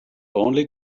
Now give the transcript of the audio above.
only